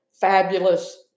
fabulous